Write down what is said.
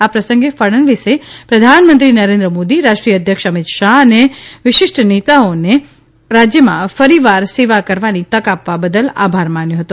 આ પ્રસંગે ફડણવીસે પ્રધાનમંત્રી નરેન્દ્ર મોદી રાષ્ટ્રીય અધ્યક્ષ અમિત શાહ અને વિરિષ્ટ નેતાઓને રાજ્યમાં ફરી વાર સેવા કરવાની તક આપવા બદલ આભાર માન્યો હતો